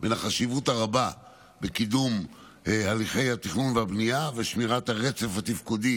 בין החשיבות הרבה שבקידום הליכי התכנון והבנייה ושמירת הרצף התפקודי